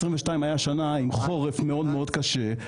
ב-2022 הייתה שנה עם חורף מאוד קשה,